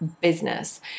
business